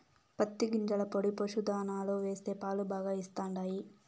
పత్తి గింజల పొడి పశుల దాణాలో వేస్తే పాలు బాగా ఇస్తండాయి